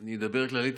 אני אדבר כללית.